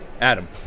Adam